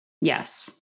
Yes